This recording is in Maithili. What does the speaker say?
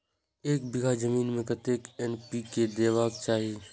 एक बिघा जमीन में कतेक एन.पी.के देबाक चाही?